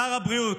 שר הבריאות,